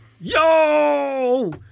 Yo